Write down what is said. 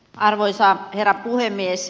arvoisa herra puhemies